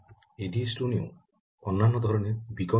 এডিস্টোনেও অন্যান্য ধরনের বীকন রয়েছে